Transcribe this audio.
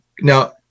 Now